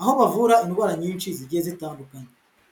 aho bavura indwara nyinshi zigiye zitandukanye.